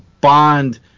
bond